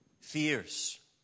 fears